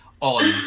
on